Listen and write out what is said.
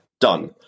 done